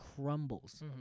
crumbles